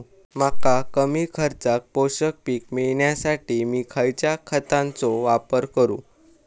मका कमी खर्चात पोषक पीक मिळण्यासाठी मी खैयच्या खतांचो वापर करू?